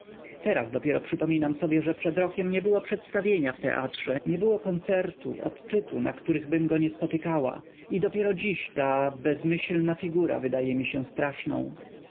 teraz dopiero przypominam sobie że przed rokiem nie było przedstawienia w teatrze nie było koncertu odczytu na którychbym go nie spotykała i dopiero dziś ta bezmyślna figura wydaje mi się straszną